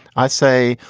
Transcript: i say,